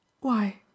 Why